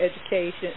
education